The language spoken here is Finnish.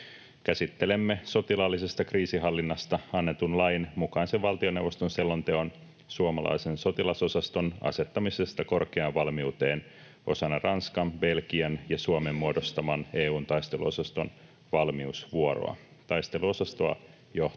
Käsittelemme sotilaallisesta kriisinhallinnasta annetun lain mukaista valtioneuvoston selontekoa suomalaisen sotilasosaston asettamisesta korkeaan valmiuteen osana Ranskan, Belgian ja Suomen muodostaman EU:n taisteluosaston valmiusvuoroa. Taisteluosastoa johtaa